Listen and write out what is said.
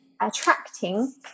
attracting